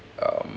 um